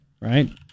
Right